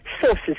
sources